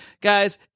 guys